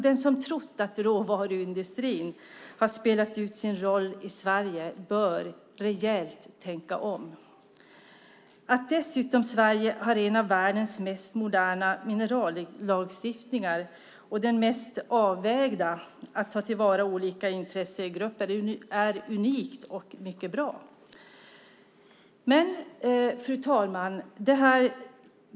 Den som trott att råvaruindustrin har spelat ut sin roll i Sverige bör alltså tänka om. Att Sverige dessutom har en av världens mest moderna minerallagstiftningar och den mest avvägda för att ta till vara olika intressen är mycket bra. Fru talman!